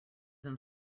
than